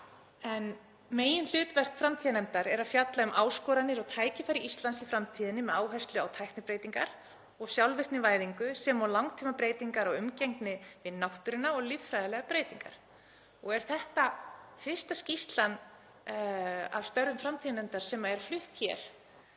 Meginhlutverk framtíðarnefndar er að fjalla um áskoranir og tækifæri Íslands í framtíðinni með áherslu á tæknibreytingar og sjálfvirknivæðingu sem og langtímabreytingar á umgengni við náttúruna og lýðfræðilegar breytingar. Þetta er fyrsta skýrslan af störfum framtíðarnefndar sem er flutt hér